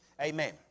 amen